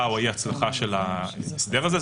ההצלחה או אי-ההצלחה של הסדר הזה.